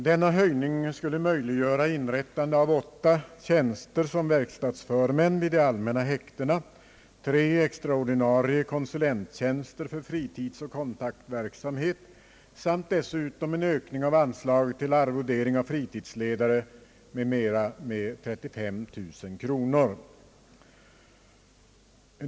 Denna höjning skulle möjliggöra inrättande av åtta tjänster såsom verkstadsförmän vid de allmänna häktena, tre extraordinarie konsulenttjänster för fritidsoch kontaktverksamhet samt dessutom en ökning av anslaget till arvodering av fritidsledare m.m. med 35 000 kronor.